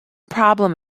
problem